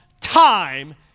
time